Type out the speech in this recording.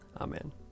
Amen